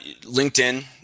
LinkedIn